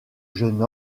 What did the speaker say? jeune